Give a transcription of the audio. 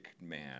man